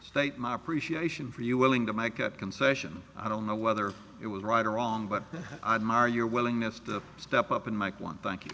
state my appreciation for you willing to make a concession i don't know whether it was right or wrong but i'm are your willingness to step up and mike one thank you